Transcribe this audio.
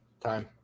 Time